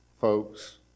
folks